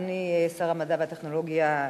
אדוני שר המדע והטכנולוגיה,